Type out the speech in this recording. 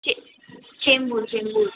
चे चेंबुर चेंबुर